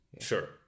sure